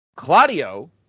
Claudio